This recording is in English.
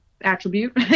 attribute